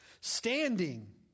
Standing